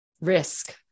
risk